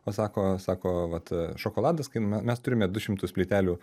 o sako sako vat šokoladas kai mes turime du šimtus plytelių